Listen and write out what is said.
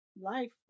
life